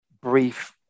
brief